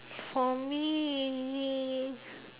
for me